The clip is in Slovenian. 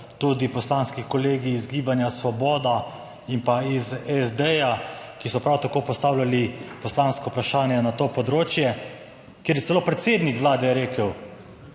tudi poslanski kolegi iz Gibanja Svoboda in pa iz SD, ki so prav tako postavljali poslansko vprašanje na to področje. Kjer je celo predsednik Vlade rekel,